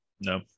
No